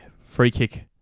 free-kick